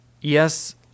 yes